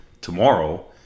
tomorrow